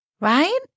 Right